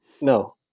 No